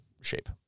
shape